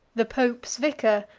the pope's vicar,